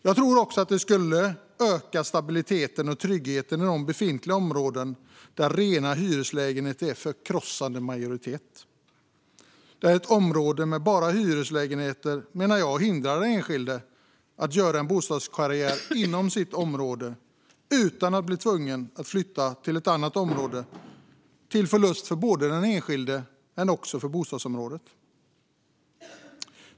Jag tror också att det skulle öka stabiliteten och tryggheten i befintliga områden där rena hyreslägenheter är i förkrossande majoritet. Ett område med bara hyreslägenheter hindrar, menar jag, den enskilde att göra en bostadskarriär inom sitt område. I stället blir man tvungen att flytta till ett annat område, till förlust för både den enskilde och bostadsområdet.